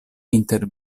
inter